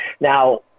now